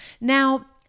Now